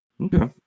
Okay